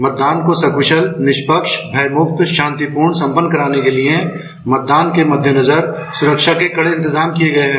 मतदान को सकुशल निष्पक्ष भयमुक्त शांतिपूर्ण सम्पन्न कराने के लिए मतदान के मद्देनजर सुरक्षा के कड़े इंतेजाम किये गये हैं